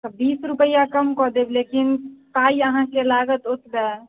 तऽ बीस रुपैआ कम कऽ देब लेकिन पाइ अहाँके लागत ओतबे